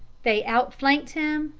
they outflanked him,